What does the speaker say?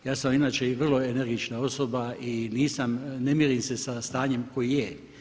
Ja sam inače i vrlo energična osoba i nisam, ne mirim se stanjem koji je.